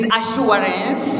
assurance